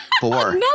four